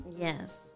Yes